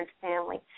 family